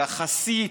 יחסית